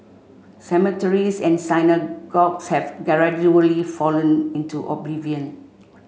cemeteries and synagogues have gradually fallen into oblivion